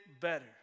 better